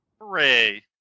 Hooray